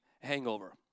hangover